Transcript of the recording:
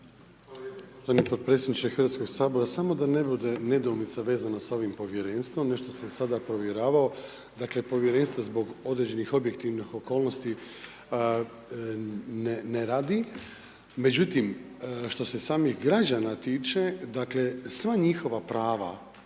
(HDZ)** Poštovani gospodine Hrvatskoga sabora, samo da ne bude nedoumice vezano sa ovim povjerenstvom. Nešto sam sada provjeravao. Dakle, povjerenstvo zbog određenih objektivnih okolnosti ne radi. Međutim, što se samih građana tiče, dakle sva njihova prava